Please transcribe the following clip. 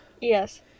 yes